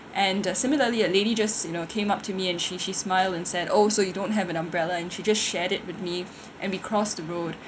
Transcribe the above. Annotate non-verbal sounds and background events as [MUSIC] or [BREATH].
and similarly a lady just you know came up to me and she she smile and said oh so you don't have an umbrella and she just shared it with me [BREATH] and we crossed the road